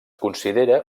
considera